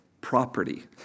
property